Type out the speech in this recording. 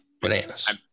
Bananas